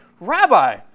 Rabbi